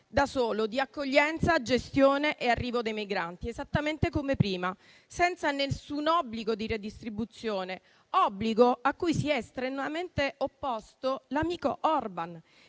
da solo di arrivo, accoglienza e gestione dei migranti, esattamente come prima, senza alcun obbligo di redistribuzione; obbligo a cui si è strenuamente opposto l'amico Orbàn,